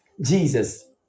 Jesus